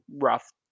rough